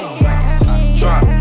drop